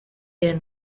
their